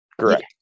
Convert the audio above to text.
Correct